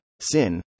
sin